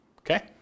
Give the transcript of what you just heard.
Okay